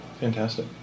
fantastic